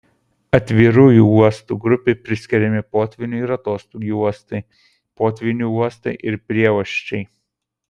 atvirųjų uostų grupei priskiriami potvynių ir atoslūgių uostai potvynių uostai ir prieuosčiai